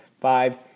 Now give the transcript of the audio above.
five